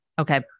Okay